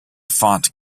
font